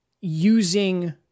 using